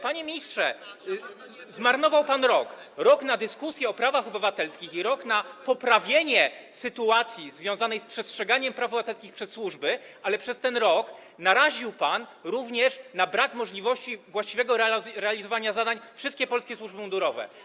Panie ministrze, zmarnował pan rok, rok na dyskusję o prawach obywatelskich i na poprawienie sytuacji związanej z przestrzeganiem praw obywatelskich przez służby, ale przez ten rok naraził pan również na brak możliwości właściwego realizowania zadań wszystkie polskie służby mundurowe.